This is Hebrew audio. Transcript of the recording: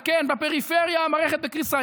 וכן, בפריפריה המערכת בקריסה.